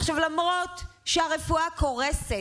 עכשיו, למרות שהרפואה קורסת,